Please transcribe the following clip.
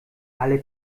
alle